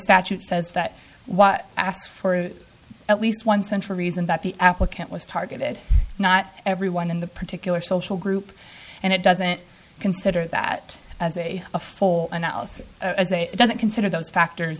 statute says that what asks for at least one central reason that the applicant was targeted not everyone in the particular social group and it doesn't consider that as a a full analysis doesn't consider those factors